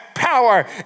power